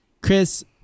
Chris